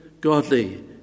godly